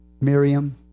Miriam